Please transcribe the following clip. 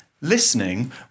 listening